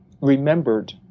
remembered